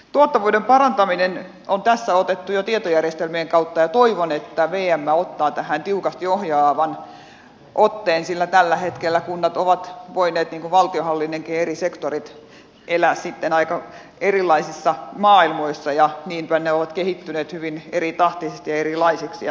tuottavuuden parantaminen on tässä otettu jo tietojärjestelmien kautta ja toivon että vm ottaa tähän tiukasti ohjaavan otteen sillä tällä hetkellä kunnat ovat voineet niin kuin valtion hallinnan eri sektoritkin elää aika erilaisissa maailmoissa ja niinpä ne ovat kehittyneet hyvin eritahtisesti ja erilaisiksi